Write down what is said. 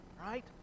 right